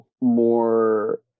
more